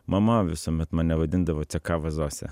mama visuomet mane vadindavo cekava zose